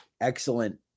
Excellent